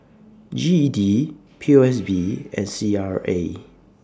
G E D P O S B and C R A